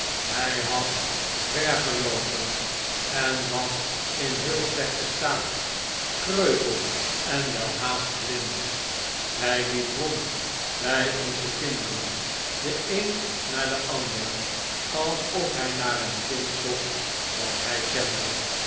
hij had ver geloopen en was in heel slechten staat kreupel en welhaast blind hij liep rond bij onze kinderen de een na den ander alsof hij naar een kind zocht dat hij kende